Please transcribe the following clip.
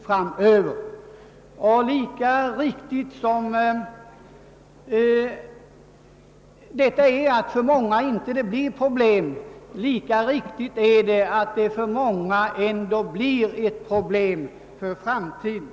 Lika sant som det är att alkoholen för många inte blir något problem, lika sant är det att den för många blir ett problem för framtiden.